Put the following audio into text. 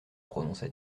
prononça